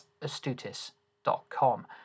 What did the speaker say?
astutis.com